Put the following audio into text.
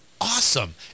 Awesome